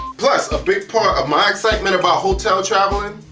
plus a big part of my excitement about hotel traveling.